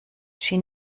schien